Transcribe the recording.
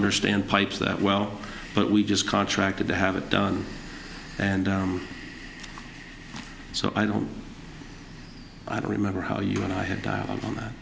understand pipes that well but we just contracted to have it done and so i don't i don't remember how you and i have dialogue on that